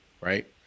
Right